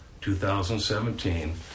2017